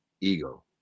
ego